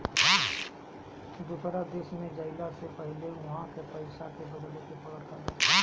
दूसरा देश में जइला से पहिले उहा के पईसा के बदले के पड़त हवे